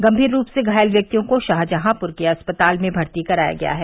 गंभीर रूप से घायल व्यक्तियों को शाहजहांपुर के अस्पताल में भर्ती कराया गया है